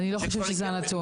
אני לא חושבת שזה הנתון.